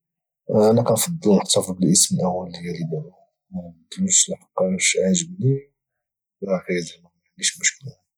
انا كانفضل محتفظ بالاسم الاول ديالي دابا لحقاش عاجبني وبغيه وما عنديش مشكل معه